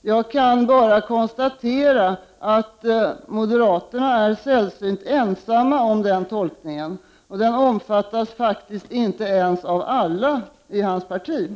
Jag kan bara konstatera att moderaterna är sällsynt ensamma om den tolkningen — den omfattas faktiskt inte ens av alla i Lars Tobissons parti.